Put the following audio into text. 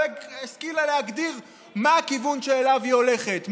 השכילה להגדיר מה הכיוון שאליו היא הולכת,